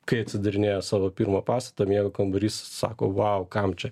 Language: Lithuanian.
kai atsidarinėjo savo pirmą pastatą miego kambarys sako vau kam čia